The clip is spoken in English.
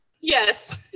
yes